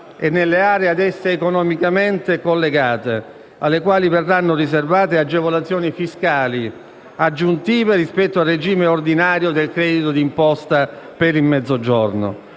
e nelle aree ad esse economicamente collegate, alle quali verranno riservate agevolazioni fiscali aggiuntive rispetto al regime ordinario del credito d'imposta per il Mezzogiorno,